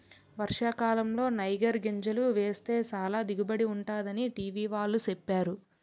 వర్షాకాలంలో నైగర్ గింజలు వేస్తే బాగా దిగుబడి ఉంటుందని టీ.వి వాళ్ళు సెప్పేరు